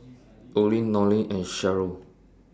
Olin Lonnie and Sheryll